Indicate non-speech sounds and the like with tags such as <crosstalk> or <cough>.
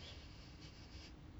<breath>